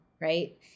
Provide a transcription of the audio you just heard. right